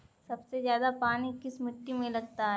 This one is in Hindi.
सबसे ज्यादा पानी किस मिट्टी में लगता है?